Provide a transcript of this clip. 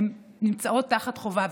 הן נמצאות תחת חובה.